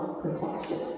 protection